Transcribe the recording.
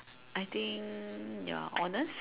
I think you are honest